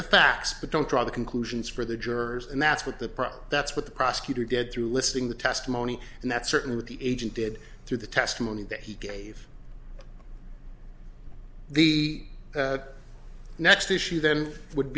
the facts but don't draw the conclusions for the jurors and that's what the problem that's what the prosecutor did through listening the testimony and that certainly the agent did through the testimony that he gave the next issue then would